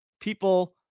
people